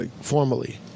Formally